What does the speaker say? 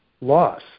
loss